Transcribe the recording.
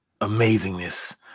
amazingness